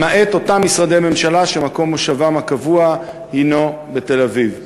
למעט אותם משרדי ממשלה שמקום מושבם הקבוע הנו בתל-אביב.